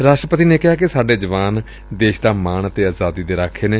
ਰਾਸ਼ਟਰਪਤੀ ਨੇ ਕਿਹਾ ਕਿ ਸਾਡੇ ਜਵਾਨ ਦੇਸ਼ ਦਾ ਮਾਣ ਅਤੇ ਆਜ਼ਾਦੀ ਦੇ ਰਖੇ ਨੇ